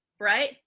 right